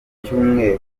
cyumweru